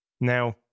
Now